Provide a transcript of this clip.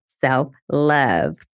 Self-Love